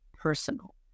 personal